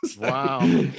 Wow